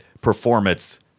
performance